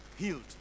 Healed